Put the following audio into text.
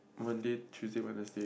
Monday Tuesday Wednesday